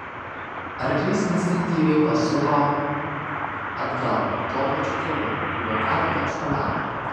arklys instinktyviai pasuko atgal tuo pačiu keliu kuriuo ką tik atšuoliavo